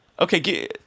Okay